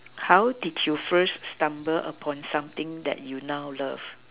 how did you first stumble upon something that you now love